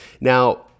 Now